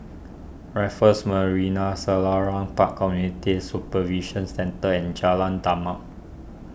Raffles Marina Selarang Park Community Supervision Centre and Jalan Demak